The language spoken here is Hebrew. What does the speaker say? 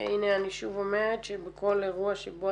והנה אני שוב אומרת שבכל אירוע שבו